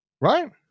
Right